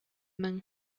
мең